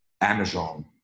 Amazon